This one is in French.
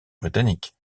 britannique